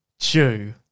chew